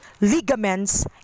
ligaments